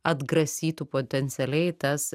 atgrasytų potencialiai tas